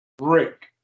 rick